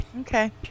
Okay